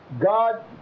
God